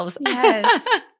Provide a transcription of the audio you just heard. Yes